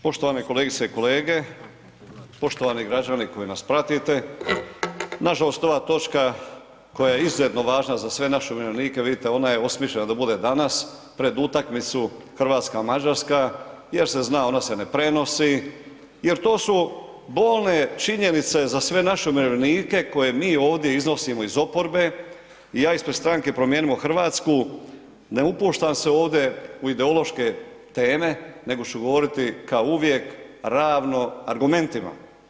Poštovane kolegice i kolege, poštovani građani koji nas pratite, nažalost ova točka koja je izuzetno važna za sve naše umirovljenike, vidite ona je osmišljena da bude danas pred utakmicu Hrvatska-Mađarska jer se zna, ona se ne prenosi jer to su bolne činjenice za sve naše umirovljenike koje mi ovdje iznosimo iz oporbe i ja ispred Stranke promijenimo Hrvatsku ne upuštam se ovde u ideološke teme, nego ću govoriti ka uvijek ravno argumentima.